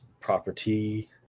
property